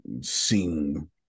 sing